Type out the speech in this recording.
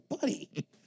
buddy